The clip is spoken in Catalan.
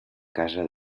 casa